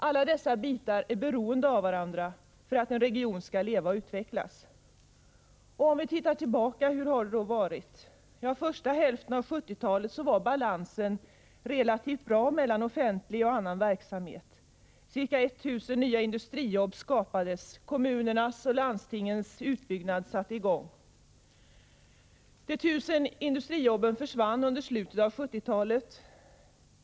Alla dessa bitar är beroende av varandra för att en region skall leva och utvecklas. Hur har det då varit om vi ser tillbaka i tiden? Första hälften av 1970-talet var balansen mellan offentlig och annan verksamhet relativt bra. Ca 1 000 nya industrijobb skapades. Kommunernas och landstingens utbyggnad satte i gång. De 1 000 industrijobben försvann under slutet av 1970-talet.